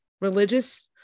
religious